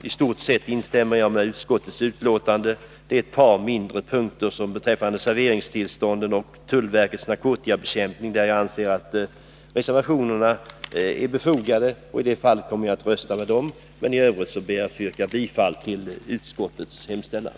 I stort sett instämmer jag i utskottets betänkande. På ett par mindre punkter, beträffande serveringstillstånden och tullverkets narkotikabekämpning, anser jag att reservationerna är befogade, och i de fallen kommer jag att rösta för dem. I övrigt ber jag att få yrka bifall till utskottets hemställan.